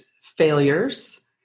failures